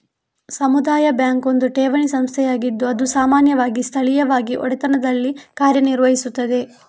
ಸಮುದಾಯ ಬ್ಯಾಂಕ್ ಒಂದು ಠೇವಣಿ ಸಂಸ್ಥೆಯಾಗಿದ್ದು ಅದು ಸಾಮಾನ್ಯವಾಗಿ ಸ್ಥಳೀಯವಾಗಿ ಒಡೆತನದಲ್ಲಿ ಕಾರ್ಯ ನಿರ್ವಹಿಸುತ್ತದೆ